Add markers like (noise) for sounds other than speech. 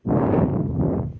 (breath)